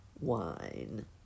wine